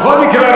בכל מקרה,